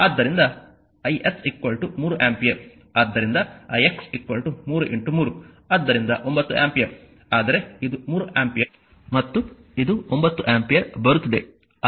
ಆದ್ದರಿಂದ i s 3 ampere ಆದ್ದರಿಂದ ix 3 3 ಆದ್ದರಿಂದ 9 ಆಂಪಿಯರ್ ಆದರೆ ಇದು 3 ಆಂಪಿಯರ್ ಮತ್ತು ಇದು 9 ಆಂಪಿಯರ್ ಬರುತ್ತಿದೆ